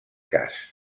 cas